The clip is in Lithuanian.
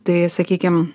tai sakykim